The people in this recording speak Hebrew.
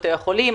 בתי החולים,